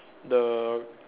the